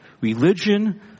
Religion